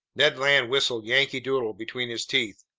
ned land whistled yankee doodle between his teeth,